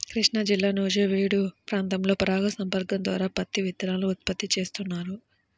కృష్ణాజిల్లా నూజివీడు ప్రాంతంలో పరాగ సంపర్కం ద్వారా పత్తి విత్తనాలను ఉత్పత్తి చేస్తున్నారు